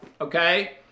Okay